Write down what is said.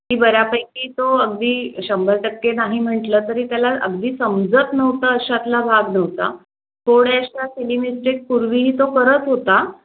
ती बऱ्यापैकी तो अगदी शंभर टक्के नाही म्हटलं तरी त्याला अगदी समजत नव्हतं अशातला भाग नव्हता थोड्याशा सिली मिस्टेक पूर्वीही तो करत होता